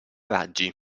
raggi